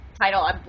title